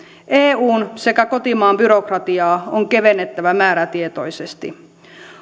eun sekä kotimaan byrokratiaa on kevennettävä määrätietoisesti